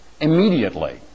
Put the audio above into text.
immediately